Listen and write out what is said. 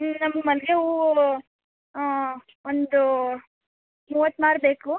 ಹ್ಞೂ ನಮ್ಗೆ ಮಲ್ಲಿಗೆ ಹೂ ಒಂದು ಮೂವತ್ತು ಮಾರು ಬೇಕು